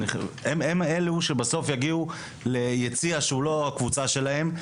הם אלו שיגיעו בסוף ליציע שהוא לא של הקבוצה שלהם.